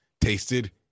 tasted